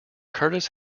curtis